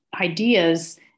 ideas